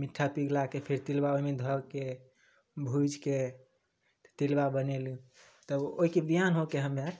मिट्ठा पिघलाके फेर तिलबा ओहिमे धऽके भुजिके तिलबा बनेलहुँ तब ओहिके बिहान होके हमे आर